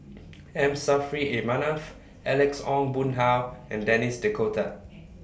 M Saffri A Manaf Alex Ong Boon Hau and Denis D'Cotta